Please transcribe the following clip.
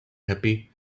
happy